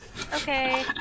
Okay